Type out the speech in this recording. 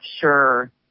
sure